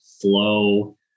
flow